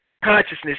Consciousness